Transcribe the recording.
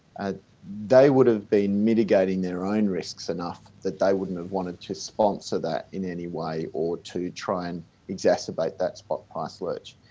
ah they would have been mitigating their own risks enough that they wouldn't have wanted to sponsor that in any way, or to try and exacerbate that spot price lurch.